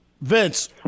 Vince